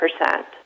percent